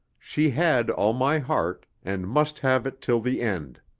she had all my heart, and must have it till the end.